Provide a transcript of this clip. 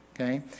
okay